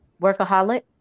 workaholic